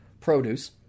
produce